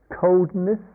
coldness